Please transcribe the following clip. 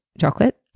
chocolate